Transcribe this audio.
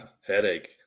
Headache